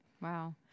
Wow